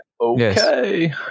Okay